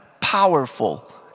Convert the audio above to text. powerful